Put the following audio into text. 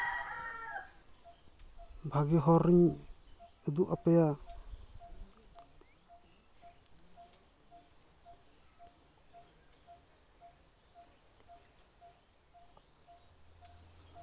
ᱤᱧ ᱵᱷᱟᱹᱜᱤ ᱦᱚᱨᱤᱧ ᱩᱡᱩᱜ ᱟᱯᱮᱭᱟ